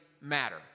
matter